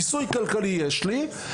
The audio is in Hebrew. כיסוי כלכלי יש לי,